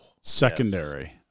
secondary